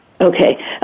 Okay